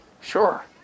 Sure